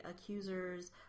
accusers